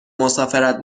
مسافرت